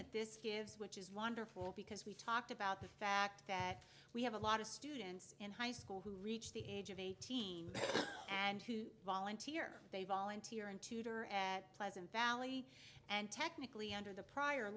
that this gives which is wonderful because we talked about the fact that we have a lot of students in high school who reach the age of eighteen and who volunteer they volunteer in tutor at pleasant valley and technically under the prior